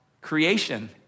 creation